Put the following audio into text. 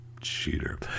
Cheater